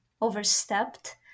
overstepped